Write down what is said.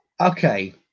okay